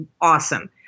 awesome